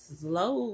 slow